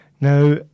Now